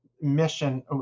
mission